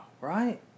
right